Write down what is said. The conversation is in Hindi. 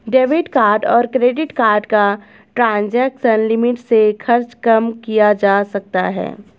डेबिट कार्ड और क्रेडिट कार्ड का ट्रांज़ैक्शन लिमिट से खर्च कम किया जा सकता है